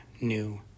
new